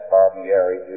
Barbieri